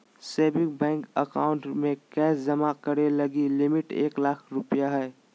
saving bank account में cash जमा करे लगी लिमिट एक लाख रु हइ